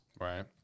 Right